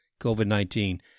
COVID-19